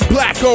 Black